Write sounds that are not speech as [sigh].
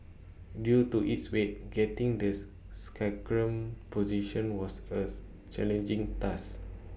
due to its weight getting this sacrum positioned was [unintelligible] challenging task